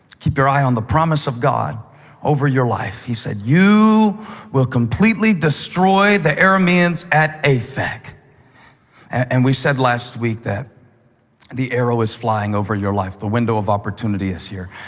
keep your eye on the promise of god over your life. he said, you will completely destroy the arameans at aphek. and we said last week that the arrow is flying over your life. the window of opportunity is here.